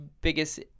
biggest